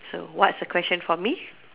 so what's the question for me